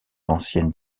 anciennes